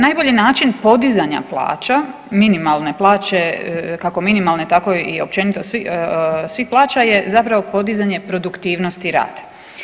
Najbolji način podizanja plaća minimalne plaće, kako minimalne tako i općenito svih plaća je zapravo podizanje produktivnost i rad.